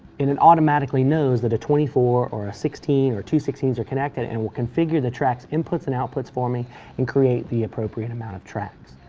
and it automatically knows that a twenty four or a sixteen or two sixteen s are connected and will configure the track's inputs and outputs for me and create the appropriate amount of tracks.